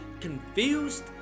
confused